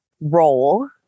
role